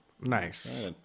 Nice